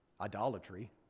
idolatry